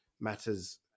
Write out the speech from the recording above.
matters